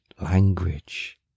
language